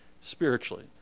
spiritually